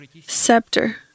Scepter